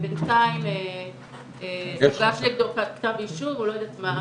ובינתיים הוגש נגדו כתב אישום או לא יודעת מה,